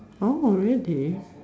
oh really